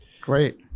Great